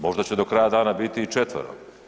Možda će do kraja dana biti i četvero.